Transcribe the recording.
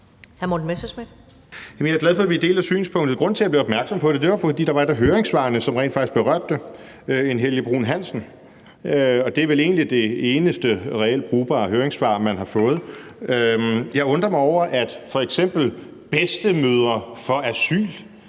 jeg er glad for, at vi deler synspunktet. Grunden til, at jeg blev opmærksom på det, var, at der var et af høringssvarene, som rent faktisk berørte det. Det var fra en Helge Bruun Hansen. Og det er vel egentlig det eneste reelt brugbare høringssvar, man har fået. Jeg undrer mig over, at f.eks. Bedsteforældre for Asyl